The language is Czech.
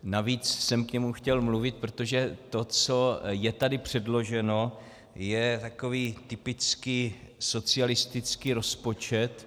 Navíc jsem k němu chtěl mluvit, protože to, co je tady předloženo, je takový typický socialistický rozpočet.